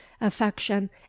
affection